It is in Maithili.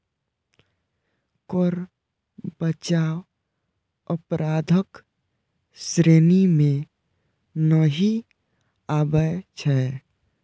कर बचाव अपराधक श्रेणी मे नहि आबै छै